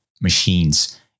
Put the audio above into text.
machines